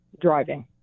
driving